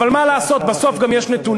אבל מה לעשות, בסוף גם יש נתונים.